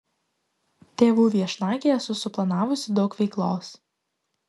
tėvų viešnagei esu suplanavusi daug veiklos